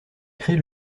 crée